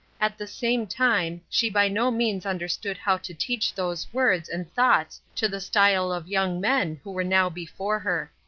at the same time, she by no means understood how to teach those words and thoughts to the style of young men who were now before her.